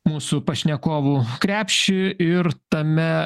mūsų pašnekovų krepšį ir tame